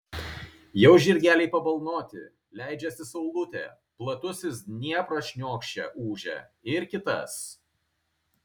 jau žirgeliai pabalnoti leidžiasi saulutė platusis dniepras šniokščia ūžia ir kitas